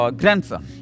grandson